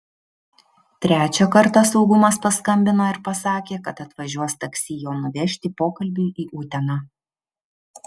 trečią kartą saugumas paskambino ir pasakė kad atvažiuos taksi jo nuvežti pokalbiui į uteną